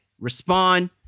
respond